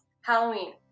Halloween